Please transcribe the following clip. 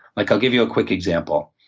like, i'll give you a quick example.